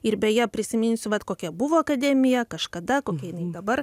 ir beje prisiminsiu vat kokia buvo akademija kažkada kokia jinai dabar